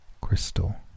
Crystal